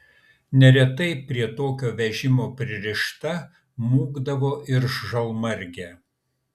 neretai prie tokio vežimo pririšta mūkdavo ir žalmargė